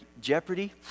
Jeopardy